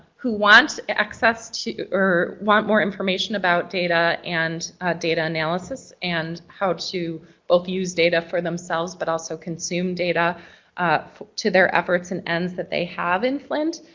who want access to. or want more information about data and data analysis and how to both use data for themselves but also consume data to their efforts and ends that they have in flint.